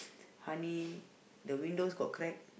honey the windows got crack